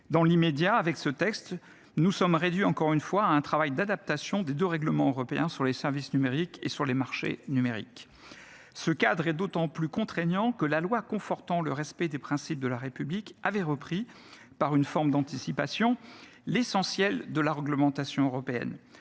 Dans l’immédiat, avec ce texte, nous sommes réduits, encore une fois, à un travail d’adaptation de deux règlements européens sur les services numériques et sur les marchés numériques. Ce cadre est d’autant plus contraignant que la loi confortant le respect des principes de la République avait repris, par une forme d’anticipation, l’essentiel de la réglementation européenne.